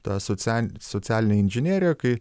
ta social socialinė inžinerija kai